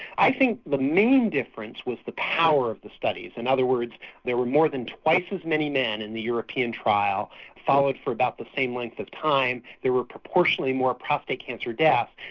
i think the main difference was the power of the studies. in and other words there were more than twice as many men in the european trial followed for about the same length of time there were proportionally more prostate cancer deaths.